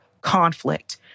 conflict